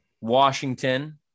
Washington